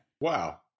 Wow